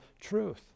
truth